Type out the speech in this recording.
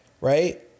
right